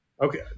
Okay